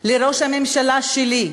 לראש הממשלה שלי,